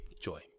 Joy